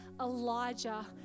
Elijah